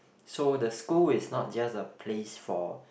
so the school is not just a place for